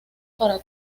para